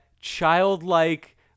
childlike